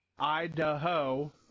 Idaho